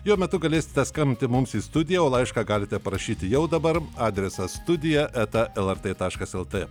jo metu galėsite skambinti mums į studiją o laišką galite parašyti jau dabar adresas studija eta lrt taškas lt